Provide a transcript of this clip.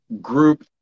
group